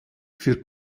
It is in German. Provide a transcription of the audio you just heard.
für